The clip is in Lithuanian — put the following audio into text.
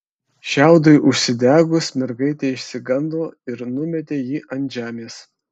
šiaudui užsidegus mergaitė išsigando ir numetė jį ant žemės